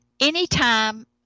Anytime